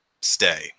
stay